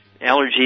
Allergies